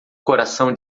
coração